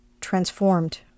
transformed